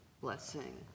blessing